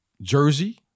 jersey